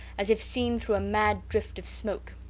as if seen through a mad drift of smoke.